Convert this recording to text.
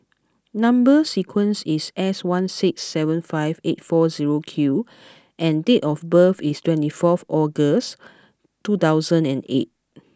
number sequence is S one six seven five eight four zero Q and date of birth is twenty fourth August two thousand and eight